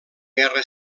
guerra